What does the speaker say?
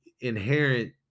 inherent